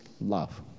love